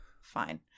fine